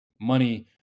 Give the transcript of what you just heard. Money